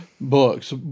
Books